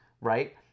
right